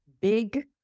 big